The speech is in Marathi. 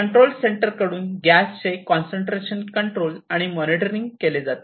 कंट्रोल सेंटर कडून गॅसचे कॉन्सन्ट्रेशन कंट्रोल आणि मॉनिटरिंग केले जाते